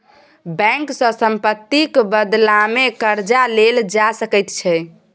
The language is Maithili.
बैंक सँ सम्पत्तिक बदलामे कर्जा लेल जा सकैत छै